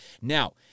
Now